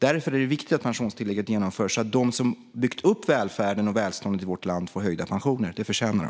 Därför är det viktigt att pensionstillägget genomförs så att de som byggt upp välfärden och välståndet i vårt land får höjda pensioner. Det förtjänar de.